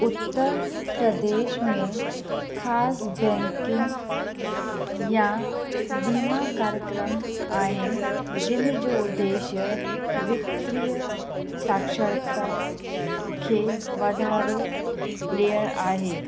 उत्तर प्रदेश में ख़ासि बैंकिंग या बीमा कार्यक्रम आहिनि जिनि जो उदेश्य वित्तीय साक्षरता खे वाधारो ॾियणु आहे